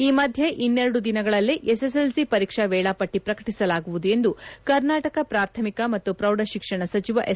ಈ ಮಧ್ಯೆ ಇನ್ನೆರಡು ದಿನಗಳಲ್ಲೇ ಎಸ್ಎಸ್ಎಲ್ಸಿ ವರೀಕ್ಷಾ ವೇಳಾಪಟ್ಟಿ ಪ್ರಕಟಿಸಲಾಗುವುದು ಎಂದು ಕರ್ನಾಟಕ ಪ್ರಾಥಮಿಕ ಮತ್ತು ಪ್ರೌಢ ಶಿಕ್ಷಣ ಸಚಿವ ಎಸ್